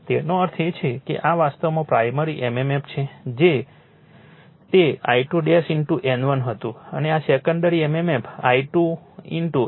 તેનો અર્થ એ છે કે આ વાસ્તવમાં પ્રાઇમરી mmf છે જે તે I2 N1 હતું અને આ સેકન્ડરી mmf I2 N2 છે